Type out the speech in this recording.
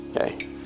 Okay